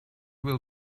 will